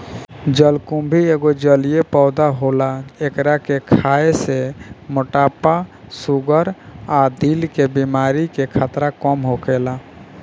जलकुम्भी एगो जलीय पौधा होला एकरा के खाए से मोटापा, शुगर आ दिल के बेमारी के खतरा कम होखेला